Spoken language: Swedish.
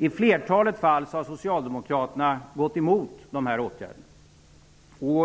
I flertalet fall har Socialdemokraterna gått emot de här åtgärderna.